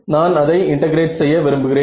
நான் அதை இன்டெகிரேட் செய்ய விரும்புகிறேன்